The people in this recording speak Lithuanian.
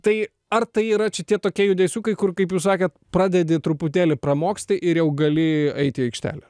tai ar tai yra čia tie tokie judesiukai kur kaip jūs sakėt pradedi truputėlį pramoksti ir jau gali eit į aikštelę